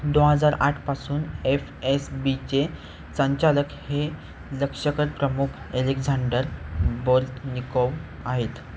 दोन हजार आठपासून एफ एस बीचे संचालक हे लक्षक प्रमुख ॲलेक्झांडर बोर्तनिकोव्ह आहेत